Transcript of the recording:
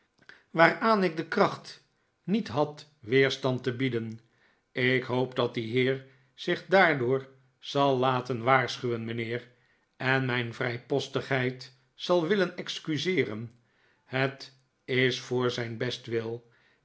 waaraan ik de kracht niet had weerstand te bieden ik hoop dat die heer zich daardoor zal laten waarschuwen mijnheer en mijn vrijpostigheid zal willen excuseeren het is voor zijn bestwil